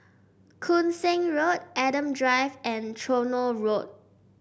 Koon Seng Road Adam Drive and Tronoh Road